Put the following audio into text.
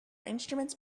instruments